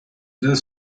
the